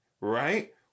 right